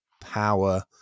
power